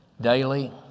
daily